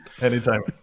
anytime